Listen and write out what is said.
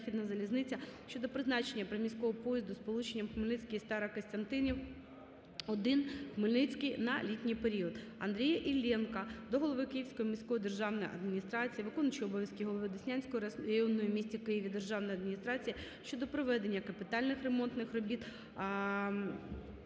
ЗАЛІЗНИЦЯ" щодо призначення приміського поїзду сполученням Хмельницький -Старокостянтинів-1 - Хмельницький на літній період. Андрія Іллєнка до голови Київської міської державної адміністрації, виконуючого обов'язки голови Деснянської районної в місті Києві державної адміністрації щодо проведення капітальних ремонтних робіт